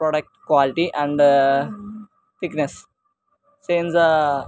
product quality and thickness change the